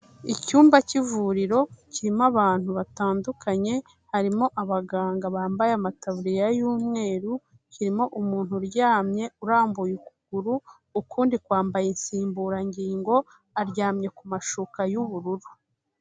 Icyumba cy'ivuriro, kirimo abantu batandukanye, harimo abaganga bambaye amataburiya y'umweru, kirimo umuntu uryamye, urambuye ukuguru, ukundi kwambaye insimburangingo, aryamye ku mashuka y'ubururu.